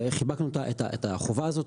וחיבקנו את החובה הזאת,